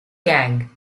kang